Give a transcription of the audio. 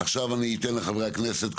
אני אאפשר לחברי הכנסת לדבר,